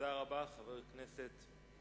תודה רבה, חבר הכנסת אורון.